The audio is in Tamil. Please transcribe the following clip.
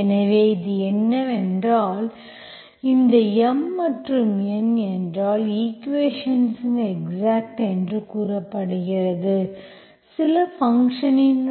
எனவே இது என்னவென்றால் இந்த M மற்றும் N என்றால் ஈக்குவேஷன்ஸ் எக்ஸாக்ட் என்று கூறப்படுகிறது சில ஃபங்க்ஷன் இன்